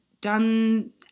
done